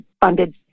funded